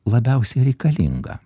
labiausiai reikalinga